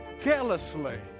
carelessly